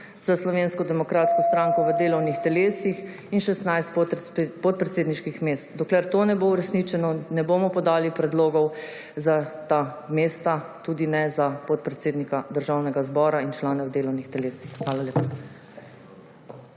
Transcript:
za Slovensko demokratsko stranko v delovnih telesih in 16 podpredsedniških mest. Dokler to ne bo uresničeno, ne bomo podali predlogov za ta mesta, tudi ne za podpredsednika Državnega zbora in člane v delovnih telesih. Hvala lepa.